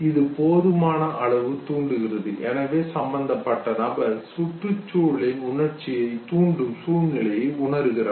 இது போதுமான அளவு தூண்டுகிறது எனவே சம்பந்தப்பட்ட நபர் சுற்றுச்சூழலில் உணர்ச்சியை தூண்டும் சூழ்நிலையை உணருகிறார்